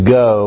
go